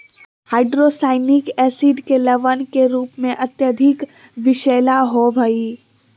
hydrocyanic acid के लवण के रूप में अत्यधिक विषैला होव हई